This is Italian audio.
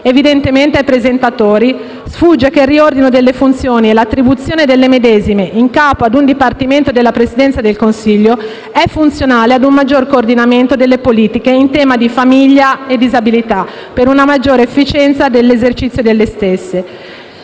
Evidentemente ai presentatori sfugge che il riordino delle funzioni e l'attribuzione delle medesime in capo a un Dipartimento della Presidenza del Consiglio è funzionale a un maggior coordinamento delle politiche in tema di famiglia e disabilità, per una maggiore efficienza dell'esercizio delle stesse.